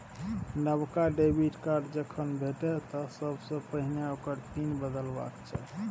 नबका debit card जखन भेटय तँ सबसे पहिने ओकर पिन बदलबाक चाही